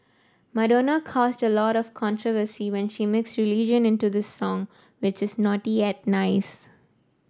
Madonna caused a lot of controversy when she mixed religion into this song which is naughty yet nice